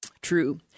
true